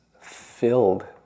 filled